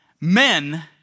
men